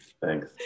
Thanks